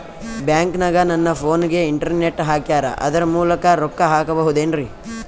ಬ್ಯಾಂಕನಗ ನನ್ನ ಫೋನಗೆ ಇಂಟರ್ನೆಟ್ ಹಾಕ್ಯಾರ ಅದರ ಮೂಲಕ ರೊಕ್ಕ ಹಾಕಬಹುದೇನ್ರಿ?